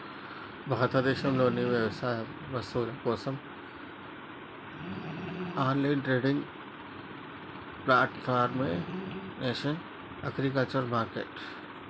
భారతదేశంలోని వ్యవసాయ వస్తువుల కోసం ఆన్లైన్ ట్రేడింగ్ ప్లాట్ఫారమే నేషనల్ అగ్రికల్చర్ మార్కెట్